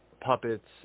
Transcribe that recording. puppets